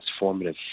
transformative